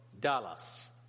Dallas